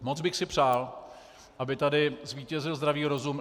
Moc bych si přál, aby tady zvítězil zdravý rozum.